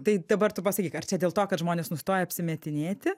tai dabar tu pasakyk ar čia dėl to kad žmonės nustoja apsimetinėti